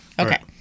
okay